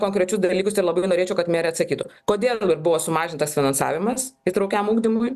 konkrečius dalykusir labai norėčiau kad merė atsakytų kodėl gi buvo sumažintas finansavimas įtraukiam ugdymui